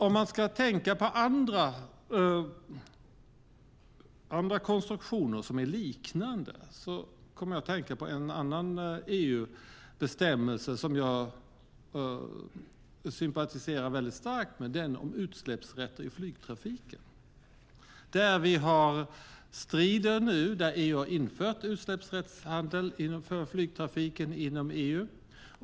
Om man ska tänka på liknande konstruktioner finns en annan EU-bestämmelse som jag sympatiserar starkt med, nämligen den om utsläppsrätter i flygtrafiken. EU har infört utsläppsrättshandel för flygtrafiken inom EU.